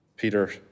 Peter